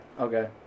okay